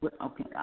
Okay